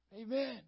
Amen